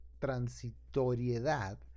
transitoriedad